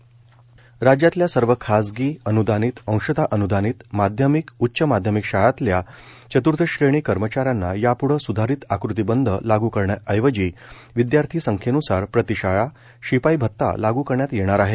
शिपाई भता राज्यातल्या सर्व खासगी अनुदानित अंशतः अनुदानित माध्यमिक उच्च माध्यमिक शाळातल्या चतूर्थ श्रेणी कर्मचाऱ्यांना यापुढं सुधारीत आकृतीबंध लागू करण्याऐवजी विद्यार्थी संख्येन्सार प्रतीशाळा शिपाई भत्ता लागू करण्यात येणार आहे